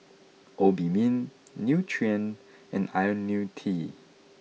Obimin Nutren and Ionil T